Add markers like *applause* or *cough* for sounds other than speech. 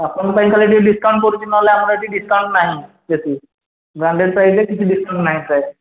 ଆପଣଙ୍କ ପାଇଁ ତା'ହେଲେ ଟିକେ ଡିସ୍କାଉଣ୍ଟ କରୁଛି ନହେଲେ ଆମର ଏଠି ଡିସ୍କାଉଣ୍ଟ ନାହିଁ ଏଠି ବ୍ରାଣ୍ଡେଡ଼୍ ପାଇବେ କିଛି ଡିସ୍କାଉଣ୍ଟ ନାହିଁ *unintelligible*